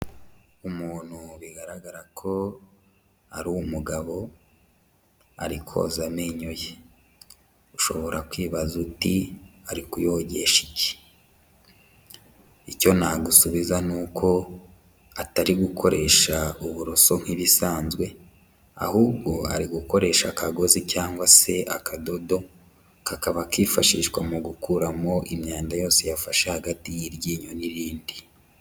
Umuntu bigaragara ko ari umugabo arikoza amenyo ye, ushobora kwibaza uti ari kuyogesha iki? Icyo nagusubiza ni uko atari gukoresha uburoso nk'ibisanzwe ahubwo ari gukoresha akagozi cyangwa se akadodo, kakaba kifashishwa mu gukuramo imyanda yose yafashe hagati y'iryinyo n'irindi.